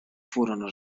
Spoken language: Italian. furono